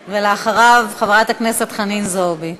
ואחריו, חברת הכנסת חנין זועבי.